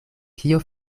kio